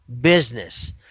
business